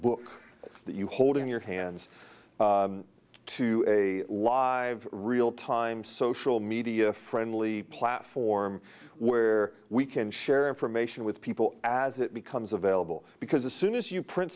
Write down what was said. book that you hold in your hands to a live realtime social media friendly platform where we can share information with people as it becomes available because as soon as you print